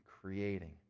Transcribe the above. creating